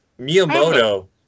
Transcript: Miyamoto